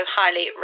highly